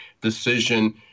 decision